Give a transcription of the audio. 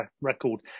record